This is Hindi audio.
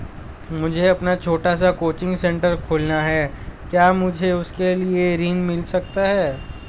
मुझे अपना छोटा सा कोचिंग सेंटर खोलना है क्या मुझे उसके लिए ऋण मिल सकता है?